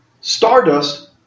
Stardust